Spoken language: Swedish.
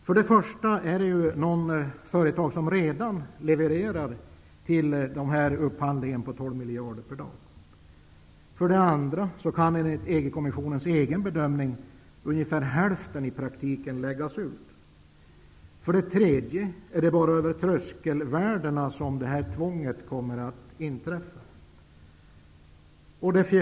För det första är det ju så att företag redan levererar för en del av dessa 12 miljarder per dag. För det andra kan enligt EG-kommissionens egen bedömning bara hälften av upphandlingen i praktiken läggas ut. För det tredje är det bara över tröskelvärdena som tvånget att lägga ut upphandlingen gäller.